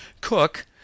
Cook